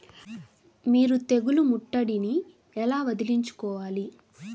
మీరు తెగులు ముట్టడిని ఎలా వదిలించుకోవాలి?